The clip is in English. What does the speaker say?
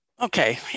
Okay